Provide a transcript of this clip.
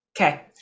Okay